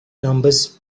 numbers